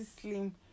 slim